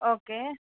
okay